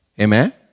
Amen